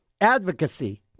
Advocacy